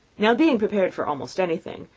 now, being prepared for almost anything,